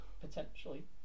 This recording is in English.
Potentially